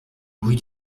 rue